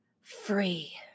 free